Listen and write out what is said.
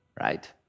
right